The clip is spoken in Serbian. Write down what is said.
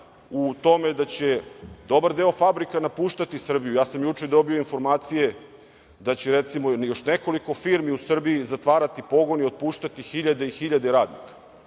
u tome da će dobar deo fabrika napuštati Srbiju. Ja sam juče dobio informacije da će recimo još nekoliko firmi u Srbiji zatvarati pogone i otpuštati hiljade i hiljade radnika.